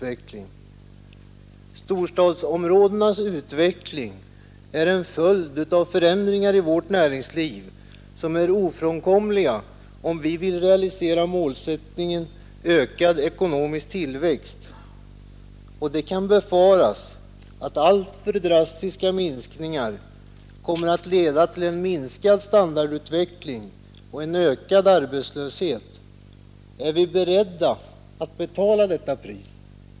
Utvecklingen av storstadsområdena är en följd av förändringar i vårt näringsliv, som är ofrånkomliga om vi vill realisera målsättningen ökad ekonomisk tillväxt, och det kan därför befaras att alltför drastiska minskningar kommer att leda till en sämre standardutveckling och ökad arbetslöshet. Är vi beredda att betala detta pris?